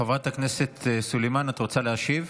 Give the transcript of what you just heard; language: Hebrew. חברת הכנסת סלימאן, את רוצה להשיב?